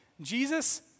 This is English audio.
Jesus